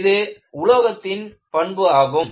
இது ஒரு உலோகத்தின் பண்பு ஆகும்